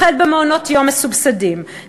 החל במעונות-יום מסובסדים,